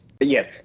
Yes